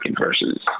versus